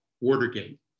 Watergate